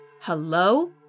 Hello